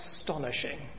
astonishing